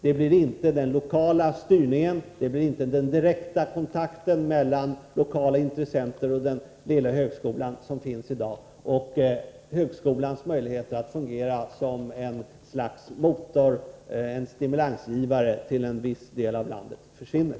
Det blir inte någon lokal styrning och inte den direkta kontakt mellan lokala intressenter och den lilla högskolan som finns i dag. Högskolans möjligheter att fungera som ett slags motor, som en stimulansgivare i en viss del av landet försvinner.